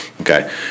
Okay